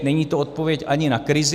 Není to odpověď ani na krizi.